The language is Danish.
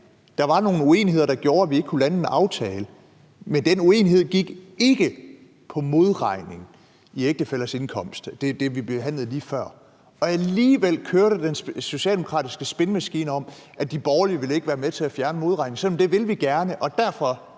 der var nogle uenigheder, der gjorde, at vi ikke kunne lande en aftale, men den uenighed gik ikke på modregning i ægtefællers indkomst, altså det, vi behandlede lige før, men alligevel kørte den socialdemokratiske spinmaskine om, at de borgerlige ikke ville være med til at fjerne modregningen, selv om vi gerne vil det,